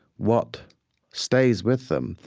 what stays with them,